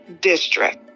district